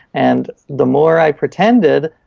and the more i pretended,